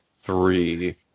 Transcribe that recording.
three